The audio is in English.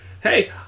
Hey